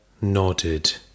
Nodded